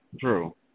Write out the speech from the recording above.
True